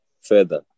further